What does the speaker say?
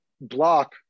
block